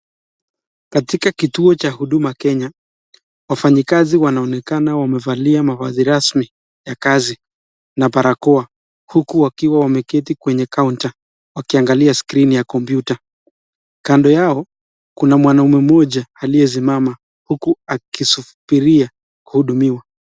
Katika kituo cha huduma Kenya, wafanyikazi wanaonekana wamevalia mavazi rasmi ya kazi na barakoa huku wakiwa wameketi kwenye kaunta wakiangalia skrini ya kompyuta. Kando yao kuna mwanaume mmoja aliyesimama huku akisubiria kuhudumiwa.